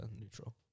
neutral